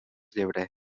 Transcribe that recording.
llebrer